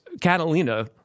Catalina